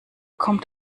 kommt